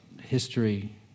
history